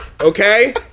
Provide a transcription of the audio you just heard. Okay